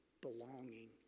belonging